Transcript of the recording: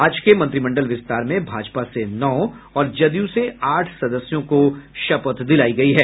आज के मंत्रिमंडल विस्तार में भाजपा से नौ और जदयू से आठ सदस्यों को शपथ दिलायी गयी है